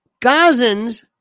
Gazans